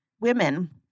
women